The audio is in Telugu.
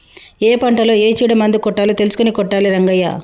ఏ పంటలో ఏ చీడ మందు కొట్టాలో తెలుసుకొని కొట్టాలి రంగయ్య